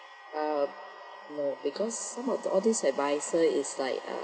uh no because some of the all these adviser is like uh